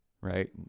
right